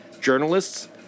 Journalists